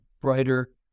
brighter